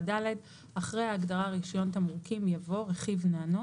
אחרי ההגדרה "רישיון תמרוקים" יבוא: "רכיב ננו"